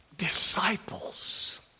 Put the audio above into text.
Disciples